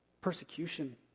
persecution